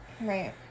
Right